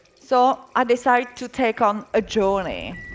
so, i decided to take on a journey.